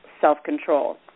self-control